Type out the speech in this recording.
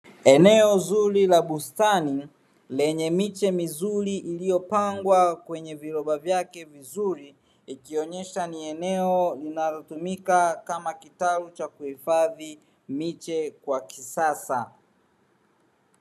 Eneo zuri la bustani, lenye miche mizuri iliyopangwa kwenye viroba vyake vizuri, ikionyesha ni eneo linalotumika kama kitalu cha kuhifadhi miche kwa kisasa.